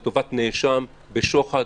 לטובת נאשם בשוחד,